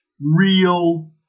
real